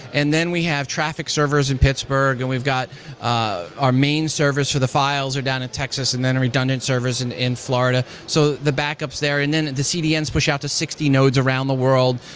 and then we have traffic servers in pittsburgh and we've got ah our main servers for the files are down in texas and then redundant servers and in florida. so the backups there. and then the cdns push out to sixty nodes around the world.